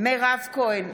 מירב כהן,